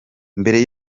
mbere